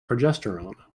progesterone